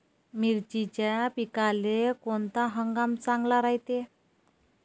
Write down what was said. मिर्चीच्या पिकाले कोनता हंगाम चांगला रायते?